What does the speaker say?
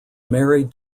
married